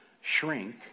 shrink